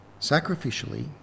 sacrificially